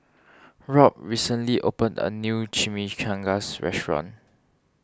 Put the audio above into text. Robb recently opened a new Chimichangas restaurant